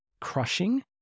crushing